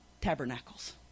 Tabernacles